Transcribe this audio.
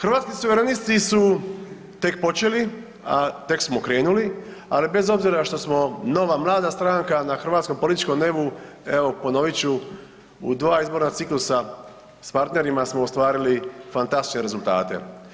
Hrvatski suverenisti su tek počeli, tek smo krenuli, ali bez obzira što smo nova mlada stranka na hrvatskom političkom nebu, evo ponovit ću u dva izborna ciklusa s partnerima smo ostvarili fantastične rezultat.